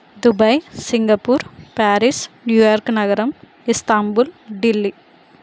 Dubai Singapore Paris New York నగరం Istanbul Delhi